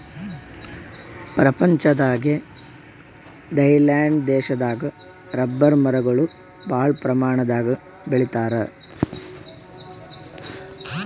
ಪ್ರಪಂಚದಾಗೆ ಥೈಲ್ಯಾಂಡ್ ದೇಶದಾಗ್ ರಬ್ಬರ್ ಮರಗೊಳ್ ಭಾಳ್ ಪ್ರಮಾಣದಾಗ್ ಬೆಳಿತಾರ್